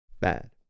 bad